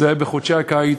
זה היה בחודשי הקיץ,